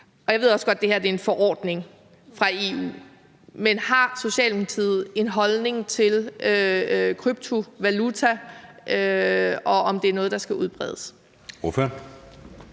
og jeg ved også, at det er en forordning fra EU. Men har Socialdemokratiet en holdning til kryptovaluta, og om det er noget, der skal udbredes?